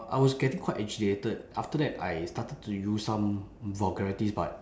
I was getting quite agitated after that I started to use some vulgarities but